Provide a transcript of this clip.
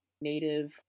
Native